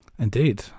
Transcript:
Indeed